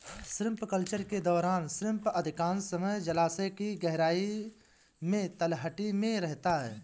shrimp culture के दौरान shrimp अधिकांश समय जलायश की गहराई में तलहटी में रहता है